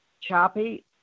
Choppy